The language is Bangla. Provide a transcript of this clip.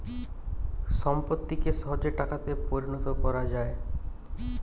সম্পত্তিকে সহজে টাকাতে পরিণত কোরা যায়